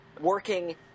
working